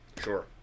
Sure